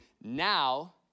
Now